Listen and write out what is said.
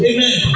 Amen